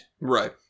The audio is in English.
Right